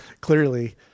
clearly –